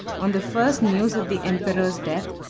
on the first news of the emperor's death,